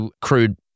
crude